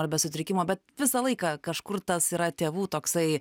ar be sutrikimo bet visą laiką kažkur tas yra tėvų toksai